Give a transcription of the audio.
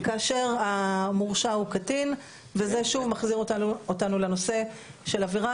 כאשר המורשע הוא קטין וזה שוב מחזיר אותנו לנושא של עבירה